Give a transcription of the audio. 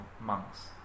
monks